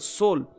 soul